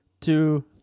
two